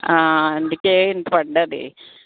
అందుకే ఇంత పడింది